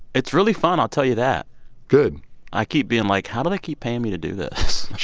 it's really fun, i'll tell you that good i keep being like, how do they keep paying me to do this?